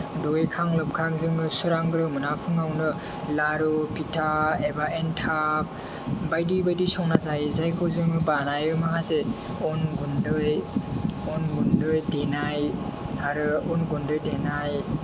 दुगैखां लोबखां जोङो सोरांग्रोमोना फुंआवनो लारु फिथा एबा एन्थाब बायदि बायदि संना जायो जायखौ जोङो बानायो माखासे अन गुन्दै अन गुन्दै देनाय आरो अन गुन्दै देनाय